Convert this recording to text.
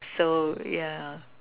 so yeah